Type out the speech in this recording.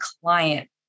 client